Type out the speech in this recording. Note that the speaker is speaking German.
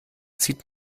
zieht